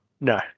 No